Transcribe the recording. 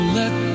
let